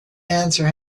answer